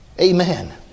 Amen